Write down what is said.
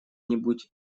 нибудь